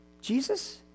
Jesus